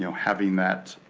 you know having that